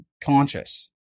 conscious